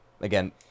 Again